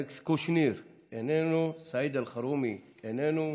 אלכס קושניר, איננו, סעיד אלחרומי, איננו,